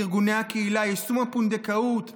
יישום חוק הפונדקאות,